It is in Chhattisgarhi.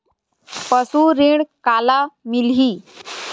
पशु ऋण काला मिलही?